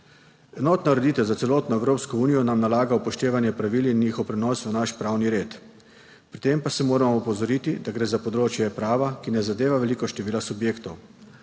Enotna ureditev za celotno Evropsko unijo nam nalaga upoštevanje pravil in njihov prenos v naš pravni red, pri tem pa moramo opozoriti, da gre za področje prava, ki ne zadeva veliko število subjektov.